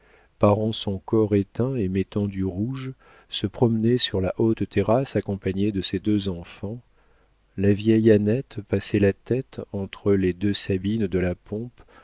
parant son corps éteint et mettant du rouge se promenait sur la haute terrasse accompagnée de ses deux enfants la vieille annette passait la tête entre les deux sabines de la pompe